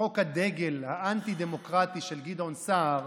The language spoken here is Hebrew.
חוק הדגל האנטי-דמוקרטי של גדעון סער